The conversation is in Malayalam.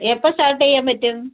എപ്പോൾ സ്റ്റാർട്ട് ചെയ്യാൻ പറ്റും